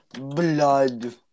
Blood